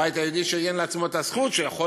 הבית היהודי שריין לעצמו את הזכות שהוא יכול